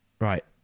right